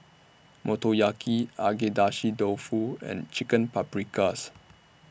Motoyaki Agedashi Dofu and Chicken Paprikas